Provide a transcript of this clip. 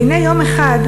והנה יום אחד,